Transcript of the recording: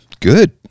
good